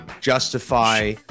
justify